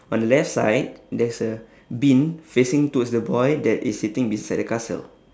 on the left side there's a bin facing towards the boy that is sitting beside the castle